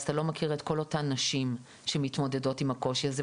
אז אתה לא מכיר את כל אותן נשים שמתמודדות עם הקושי הזה.